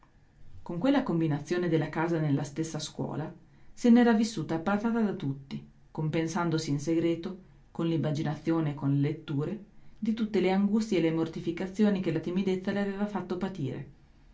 con quella combinazione della casa nella stessa scuola se n'era vissuta appartata da tutti compensandosi in segreto con l'immaginazione e con le letture di tutte le angustie e le mortificazioni che la timidezza le aveva fatto patire